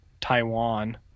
Taiwan